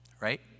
right